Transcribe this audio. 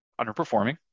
underperforming